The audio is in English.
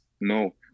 No